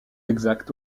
exactes